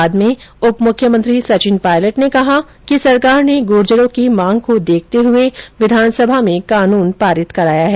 बाद में उप मुख्यमंत्री सचिन पायलट ने कहा कि सरकार ने गुर्जरों की मांगों को देखते हुए विधानसभा में कानून पारित कराया है